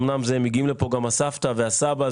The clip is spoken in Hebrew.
אמנם מגיעים לפה גם הסבתא והסבא.